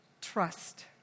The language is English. Trust